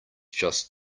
just